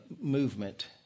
movement